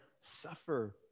suffer